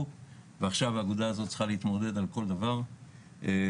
ועכשיו האגודה הזו צריכה להתמודד על כל דבר במכרזים.